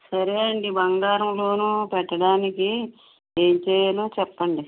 సరే అండి బంగారం లోను పెట్టడానికి ఏమి చెయ్యాలో చెప్పండి